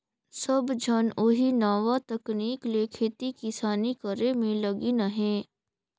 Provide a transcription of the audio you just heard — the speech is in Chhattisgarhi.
सब झन ओही नावा तकनीक ले खेती किसानी करे में लगिन अहें